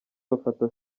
bafata